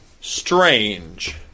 strange